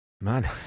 Man